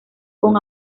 con